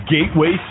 Gateway